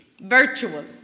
Virtual